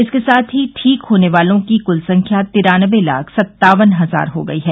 इसके साथ ही ठीक होने वालों की कुल संख्या तिरान्नबे लाख सत्तावन हजार हो गई है